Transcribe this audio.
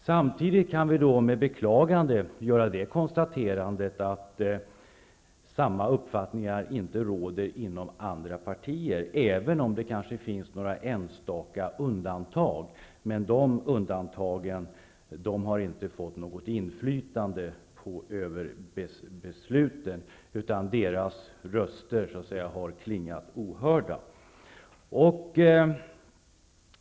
Samtidigt är det beklagligt att samma uppfattning inte råder inom andra partier, även om det kanske finns några enstaka undantag. Men de företrädarna har inte fått något inflytande över besluten, utan deras röster har klingat ohörda.